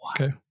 Okay